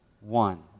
one